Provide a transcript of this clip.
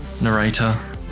narrator